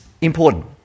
important